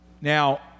Now